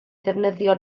ddefnyddio